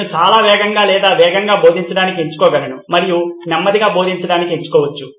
నేను చాలా వేగంగా లేదా వేగంగా బోధించడానికి ఎంచుకోగలను మరియు నెమ్మదిగా బోధించడానికి ఎంచుకోవచ్చు